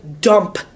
dump